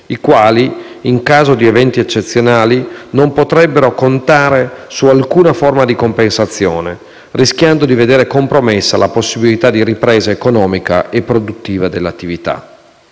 i quali - in caso di eventi eccezionali - non potrebbero contare su alcuna forma di compensazione, rischiando di vedere compromessa la possibilità di ripresa economica e produttiva dell'attività.